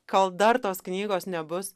kol dar tos knygos nebus